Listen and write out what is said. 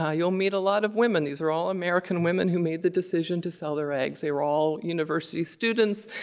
ah you'll meet a lot of women, these are all american women who made the decision to sell their eggs. they were all university students.